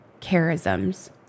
charisms